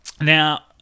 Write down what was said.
Now